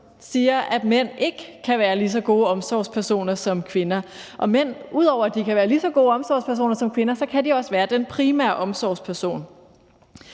siger, at mænd ikke kan være lige så gode omsorgspersoner som kvinder. Og ud over at de kan være lige så gode omsorgspersoner som kvinder, kan de også være den primære omsorgsperson.